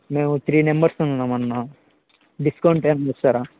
మేము three members ఉన్నాం అన్న డిస్కౌంట్ ఏమన్న ఇస్తారా